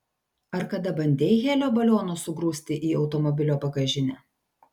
ar kada bandei helio balionus sugrūsti į automobilio bagažinę